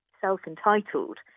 self-entitled